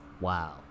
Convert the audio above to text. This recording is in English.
Wow